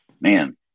man